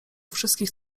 wszystkich